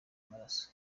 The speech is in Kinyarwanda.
amaraso